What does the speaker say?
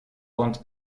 und